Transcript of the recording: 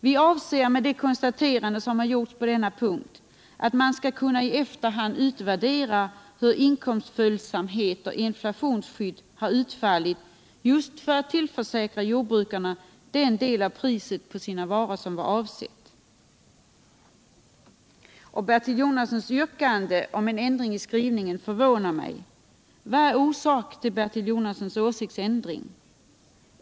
Vi avser med det konstaterande som jag gjort på denna punkt att man skall kunna i efterhand utvärdera hur inkomstföljsamhet och inflationsskydd utfallit för att tillförsäkra jordbrukarna den del av priset på deras varor som var avsett. Bertil Jonassons yrkande om en ändring i skrivningen förvånar mig. Vad är orsaken till Bertil Jonassons åsiktsändring?